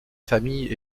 familles